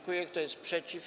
Kto jest przeciw?